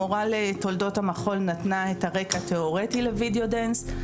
המורה לתולדות המחול נתנה את הרקע התיאורטי לווידאו דנס,